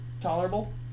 tolerable